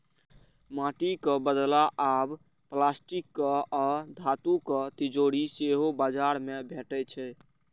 माटिक बदला आब प्लास्टिक आ धातुक तिजौरी सेहो बाजार मे भेटै छै